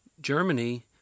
Germany